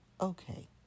okay